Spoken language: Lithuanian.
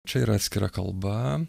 čia yra atskira kalba